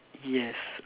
yes